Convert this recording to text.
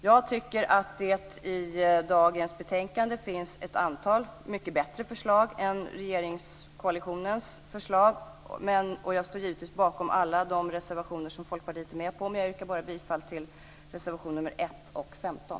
Jag tycker att det i dagens betänkande finns ett antal mycket bättre förslag än utskottsmajoritetens förslag, och jag står givetvis bakom alla de reservationer där Folkpartiet finns med, men jag yrkar bifall bara till reservationerna 1 och 15.